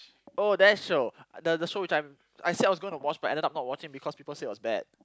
oh that show the the show which I'm said I was gonna watch but ended up not watching because people said it was bad